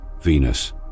Venus